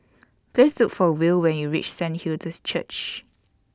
Please Look For Will when YOU REACH Saint Hilda's Church